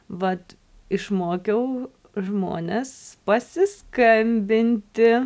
vat išmokiau žmones pasiskambinti